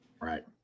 right